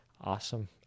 Awesome